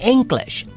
English